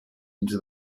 into